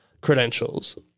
credentials